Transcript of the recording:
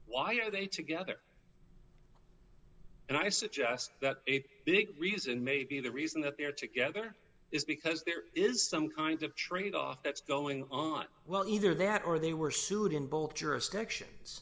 why are they together and i suggest that a big reason maybe the reason that they're together is because there is some kind of tradeoff that's going on well either that or they were sued in both jurisdictions